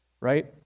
Right